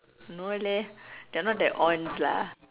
no leh they're not that ons lah